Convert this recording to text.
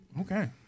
okay